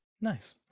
nice